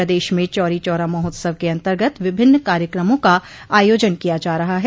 प्रदेश में चौरी चौरा महोत्सव के अंतर्गत विभिन्न कार्यक्रमों का आयोजन किया जा रहा है